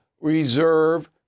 reserve